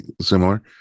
similar